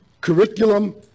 curriculum